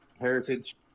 Heritage